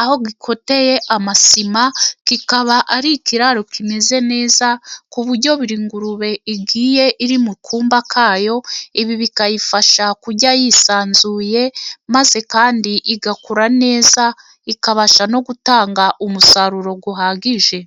aho gikoteye amasima kikaba ari ikiraro kimeze neza, ku buryo buri ngurube igiye iri mu kumba kayo. Ibi bikayifasha kurya yisanzuye, maze kandi igakura neza ikabasha no gutanga umusaruro uhagije.